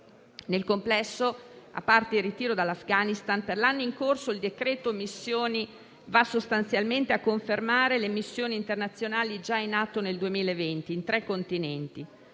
Nel complesso, a parte il ritiro dall'Afghanistan, per l'anno in corso il decreto missioni va sostanzialmente a confermare le missioni internazionali già in atto nel 2020 in tre continenti,